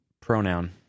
pronoun